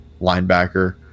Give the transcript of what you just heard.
linebacker